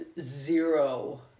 zero